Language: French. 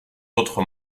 autres